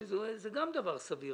שזה גם דבר סביר,